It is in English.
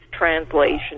Translation